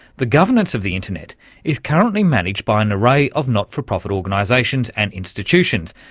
the governance of the internet is currently managed by an array of not-for-profit organisations and institutions.